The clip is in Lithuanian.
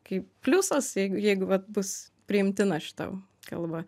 kaip pliusas jeigu jeigu vat bus priimtina šita kalba